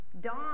Dawn